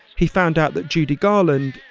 he found out that judy garland,